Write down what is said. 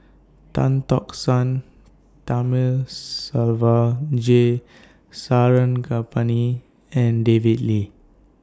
Tan Tock San Thamizhavel G Sarangapani and David Lee